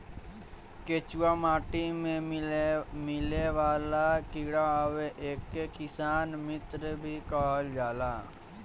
केचुआ माटी में मिलेवाला कीड़ा हवे एके किसान मित्र भी कहल जाला